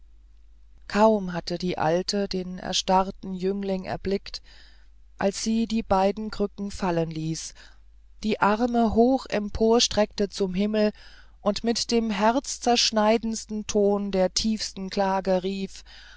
kaum hatte die alte den erstarrten jüngling erblickt als sie beide krücken fallen ließ die arme hoch empor streckte zum himmel und mit dem herzzerschneidendsten ton der tiefsten klage rief